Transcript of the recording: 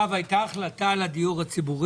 הייתה החלטה על נושא הפסקת הדיור הציבורי,